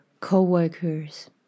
co-workers